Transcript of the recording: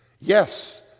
Yes